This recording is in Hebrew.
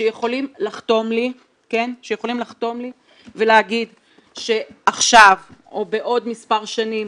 שיכולים לחתום לי ולהגיד שעכשיו או בעוד מספר שנים